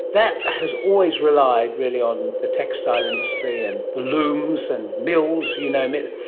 that has always relied really on the textile industry and the looms and mills, you name it,